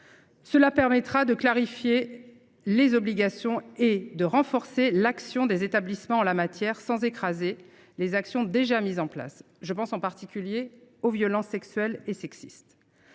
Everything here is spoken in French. qui permettra de clarifier les obligations et de renforcer l’action des établissements en la matière, sans écraser les mesures déjà mises en place. Je pense, en particulier, aux violences sexuelles et sexistes.